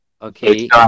Okay